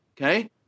okay